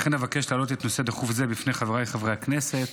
לכן אבקש להעלות נושא דחוף זה בפני חבריי חברי הכנסת,